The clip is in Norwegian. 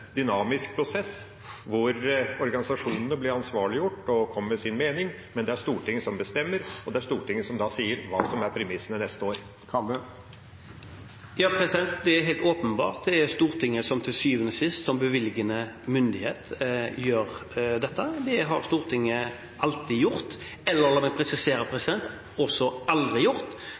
dynamisk prosess hvor organisasjonene blir ansvarliggjort og kommer med sin mening, men at det er Stortinget som bestemmer, og det er Stortinget som sier hva som er premissene neste år? Det er helt åpenbart, det er Stortinget som til syvende og sist, som bevilgende myndighet, gjør dette. Det har Stortinget alltid gjort – eller, la meg presisere, også aldri gjort,